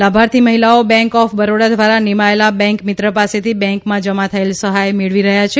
લાભાર્થી મહિલાઓ bank of Baroda દ્વારા નિમાયેલા બેન્ક મિત્ર પાસેથી બેંકમાં જમા થયેલ સહાય મેળવી રહ્યા છે